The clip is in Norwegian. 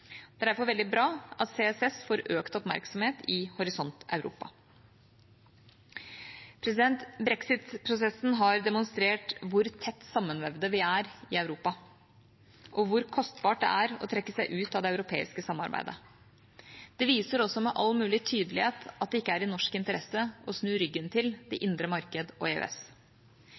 Det er derfor veldig bra at CCS får økt oppmerksomhet i Horisont Europa. Brexit-prosessen har demonstrert hvor tett sammenvevde vi er i Europa, og hvor kostbart det er å trekke seg ut av det europeiske samarbeidet. Det viser også med all mulig tydelighet at det ikke er i norsk interesse å snu ryggen til det indre marked og EØS.